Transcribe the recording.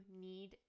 need